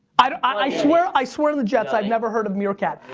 i swear i swear on the jets, i've never heard of meerkat.